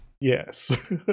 Yes